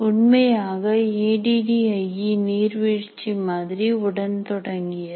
உண்மையாக A D D I E நீர்வீழ்ச்சி மாதிரி உடன் தொடங்கியது